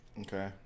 Okay